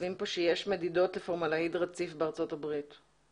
כותבים כאן שיש מדידות לפורמלדהיד רציף בארצות הברית.